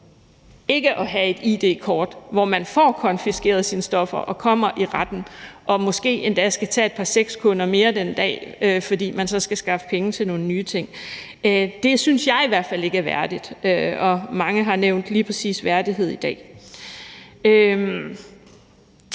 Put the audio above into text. ikke at have et id-kort, så man får konfiskeret sine stoffer og kommer i retten og måske endda skal tage et par sexkunder mere den dag, fordi man så skal skaffe penge til nogle nye ting. Det synes jeg i hvert fald ikke er værdigt, og mange har nævnt lige præcis værdighed i dag.